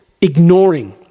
ignoring